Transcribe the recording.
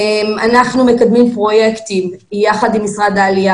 אנחנו מקדמים פרויקטים יחד עם משרד העלייה